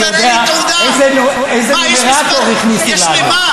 אני יודע איזה נומרטור הכניסו לנו.